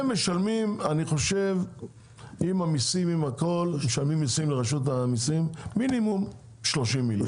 הם משלמים עם המיסים ועם הכול מינימום של 30 מיליארד.